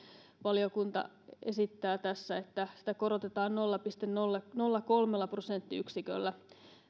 valiokunta esittää tässä että sitä korotetaan nolla pilkku nolla nolla kolme prosenttiyksiköllä